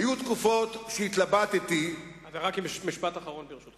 היו תקופות שהתלבטתי, משפט אחרון, ברשותך.